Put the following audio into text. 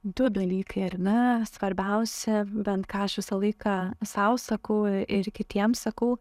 du dalykai ar ne svarbiausia bent ką aš visą laiką sau sakau e ir kitiems sakau